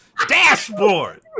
Dashboard